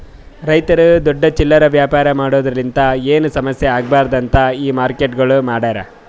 ರೈತುರು ದೊಡ್ಡ ಚಿಲ್ಲರೆ ವ್ಯಾಪಾರ ಮಾಡೋರಲಿಂತ್ ಏನು ಸಮಸ್ಯ ಆಗ್ಬಾರ್ದು ಅಂತ್ ಈ ಮಾರ್ಕೆಟ್ಗೊಳ್ ಮಾಡ್ಯಾರ್